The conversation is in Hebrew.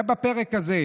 זה בפרק הזה.